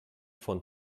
von